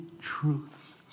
truth